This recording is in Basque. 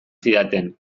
zidaten